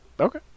Okay